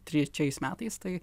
trečiais metais tai